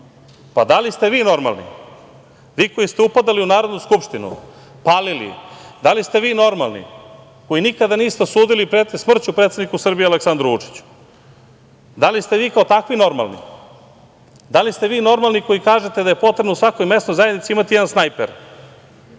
Da li ste vi normalni? Vi koji ste upadali u Narodnu skupštinu, palili. Da li ste vi normalni, koji nikada niste osudili pretnje smrću predsedniku Srbije Aleksandru Vučiću? Da li ste vi kao takvi normalni? Da li ste vi normalni koji kažete da je potrebno u svakoj mesnoj zajednici imati jedan snajper?